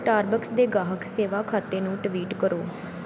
Starbucks ਦੇ ਗਾਹਕ ਸੇਵਾ ਖਾਤੇ ਨੂੰ ਟਵੀਟ ਕਰੋ